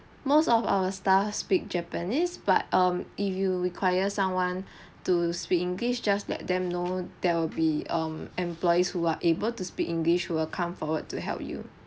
most of our staff speak japanese but um if you require someone to speak english just let them know there will be um employees who are able to speak english who will come forward to help you